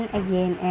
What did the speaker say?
again